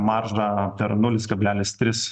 maržą per nulis kablelis tris